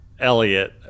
Elliot